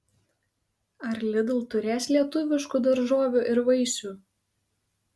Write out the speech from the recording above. ar lidl turės lietuviškų daržovių ir vaisių